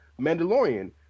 Mandalorian